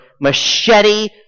Machete